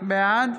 בעד